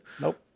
Nope